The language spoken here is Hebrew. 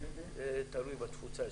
תלוי בתפוצה.